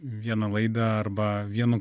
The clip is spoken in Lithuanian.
vieną laidą arba vienu